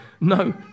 No